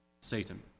satan